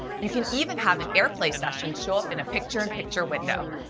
you can even have an airplay session show up in a picture in picture window.